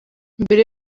mbere